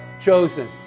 chosen